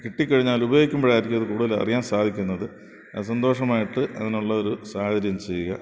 കിട്ടിക്കഴിഞ്ഞാൽ ഉപയോഗിക്കുമ്പോഴായിരിക്കും അത് കൂടുതലറിയാന് സാധിക്കുന്നത് സന്തോഷമായിട്ട് അതിനുള്ള ഒരു സാഹചര്യം ചെയ്യുക